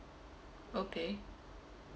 okay